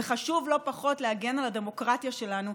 וחשוב לא פחות להגן על הדמוקרטיה שלנו,